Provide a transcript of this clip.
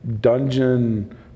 dungeon